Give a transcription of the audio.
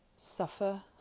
Suffer